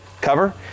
cover